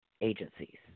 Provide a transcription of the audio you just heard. agencies